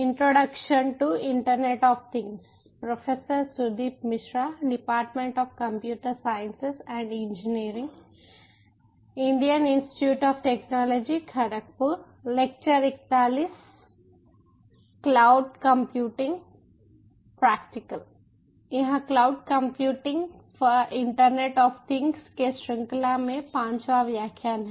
यह cloud computing for internet of things के श्रृंखला में पांचवा व्याख्यान है